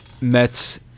Mets